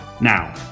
Now